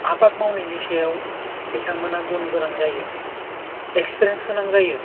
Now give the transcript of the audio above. आबाद मावनायनि सायाव बिथांमोनहा गुन गोनां जायो एक्सपिरियेन्स गोनां जायो